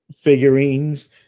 figurines